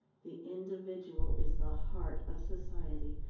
the individual is the heart of society,